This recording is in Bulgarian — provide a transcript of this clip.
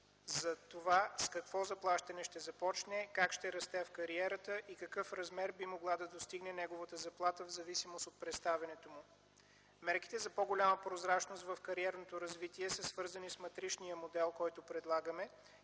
за това с какво заплащане ще започне, как ще расте в кариерата и какъв размер би могла да достигне неговата заплата в зависимост от представянето му. Мерките за по-голяма прозрачност в кариерното развитие са свързани с матричния модел, който предлагаме